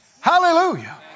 Hallelujah